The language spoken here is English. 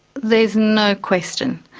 there's no question,